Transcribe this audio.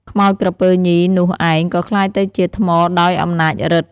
ខ្មោចក្រពើញីនោះឯង ក៏ក្លាយទៅជាថ្មដោយអំណាចឫទ្ធិ ។